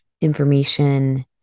information